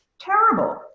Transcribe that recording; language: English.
Terrible